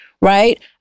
right